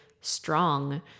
strong